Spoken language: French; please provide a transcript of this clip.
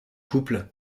couple